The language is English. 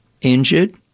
injured